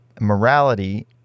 morality